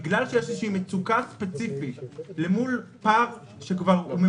בגלל שיש איזו שהיא מצוקה ספציפית אל מול פער ממושך,